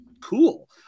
cool